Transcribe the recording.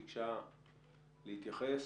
ביקשה להתייחס.